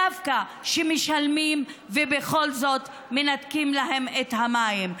שדווקא משלמים ובכל זאת מנתקים להם את המים.